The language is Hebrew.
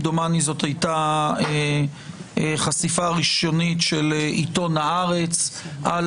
דומני זאת הייתה חשיפה ראשונית של עיתון הארץ על